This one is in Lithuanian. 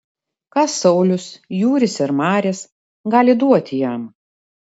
ką saulius jūris ir maris gali duoti jam